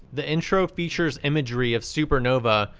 the intro features imagery of supernovae,